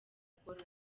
akora